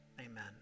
amen